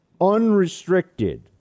unrestricted